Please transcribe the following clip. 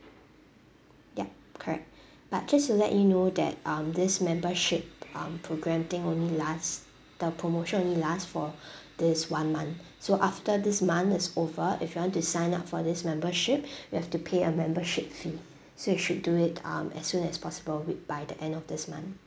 yup correct but just to let you know that um this membership um program thing only last the promotion only last for this one month so after this month is over if you want to sign up for this membership you have to pay a membership fee so you should do it um as soon as possible with by the end of this month